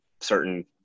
certain